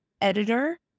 editor